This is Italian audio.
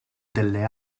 delle